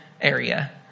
area